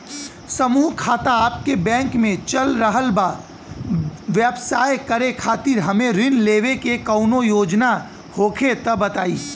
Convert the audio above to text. समूह खाता आपके बैंक मे चल रहल बा ब्यवसाय करे खातिर हमे ऋण लेवे के कौनो योजना होखे त बताई?